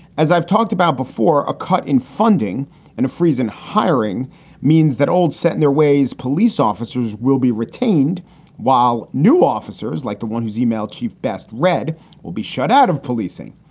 as i've talked about before. a cut in funding and a freeze in hiring means that old set in their ways. police officers will be retained while new officers like the one whose email keep best read will be shut out of policing.